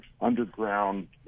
underground